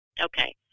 Okay